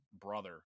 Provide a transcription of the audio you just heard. brother